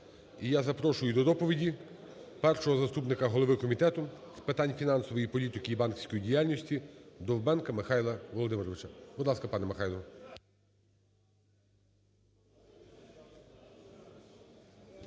І я запрошую до доповіді першого заступника голови Комітету з питань фінансової політики і банківської діяльності, Довбенка Михайла Володимировича. Будь ласка, пане Михайло.